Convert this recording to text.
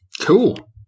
Cool